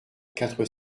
quatre